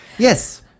Yes